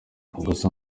gusa